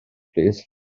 plîs